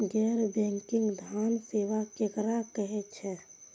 गैर बैंकिंग धान सेवा केकरा कहे छे?